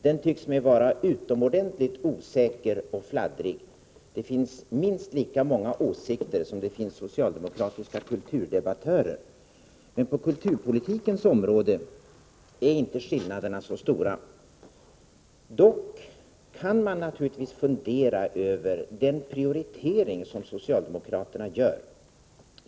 Den tycks mig vara utomordentligt osäker och fladdrig. Det finns minst lika många åsikter som det finns socialdemokratiska kulturdebattörer. Men på kulturpolitikens område är inte skillnaderna så stora. Man kan dock fundera över den prioritering som socialdemokraterna gör.